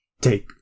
take